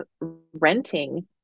renting